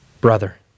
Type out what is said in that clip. brother